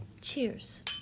Cheers